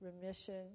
remission